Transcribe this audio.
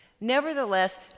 nevertheless